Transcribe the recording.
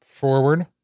forward